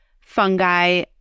fungi